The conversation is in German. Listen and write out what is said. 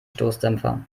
stoßdämpfer